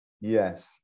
yes